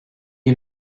est